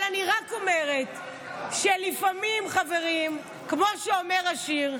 אני רק אומרת שלפעמים, חברים, כמו שאומר השיר,